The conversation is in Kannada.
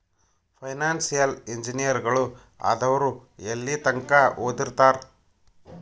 ಫೈನಾನ್ಸಿಯಲ್ ಇಂಜಿನಿಯರಗಳು ಆದವ್ರು ಯೆಲ್ಲಿತಂಕಾ ಓದಿರ್ತಾರ?